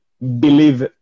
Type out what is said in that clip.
believe